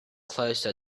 closer